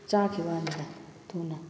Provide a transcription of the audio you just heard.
ꯆꯥꯛꯈꯤꯕ ꯋꯥꯅꯤꯗ ꯊꯨꯅ